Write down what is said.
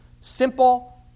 simple